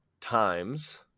times